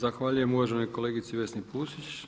Zahvaljujem uvaženoj kolegici Vesni Pusić.